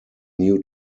new